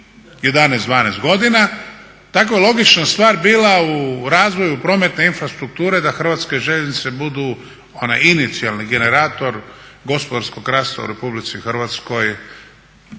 11, 12 godina tako je logična stvar bila u razvoju prometne infrastrukture da Hrvatske željeznice budu onaj inicijalni generator gospodarskog rasta u Republici Hrvatskoj